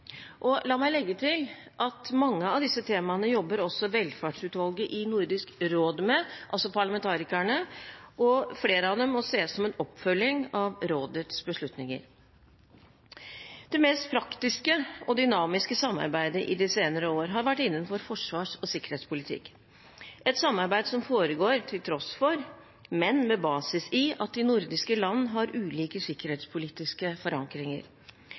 antibiotikaresistens. La meg legge til at mange av disse temaene jobber også velferdsutvalget i Nordisk råd med, altså parlamentarikerne, og flere av dem må ses som en oppfølging av rådets beslutninger. Det mest praktiske og dynamiske samarbeidet i de senere år har vært innenfor forsvars- og sikkerhetspolitikk, et samarbeid som foregår til tross for – men med basis i – at de nordiske land har ulike sikkerhetspolitiske forankringer.